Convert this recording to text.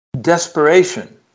desperation